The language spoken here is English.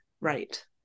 right